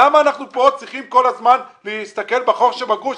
למה אנחנו כאן צריכים כל הזמן להסתכל בחור שבגרוש?